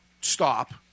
Stop